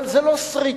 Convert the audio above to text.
אבל זה לא סריטה,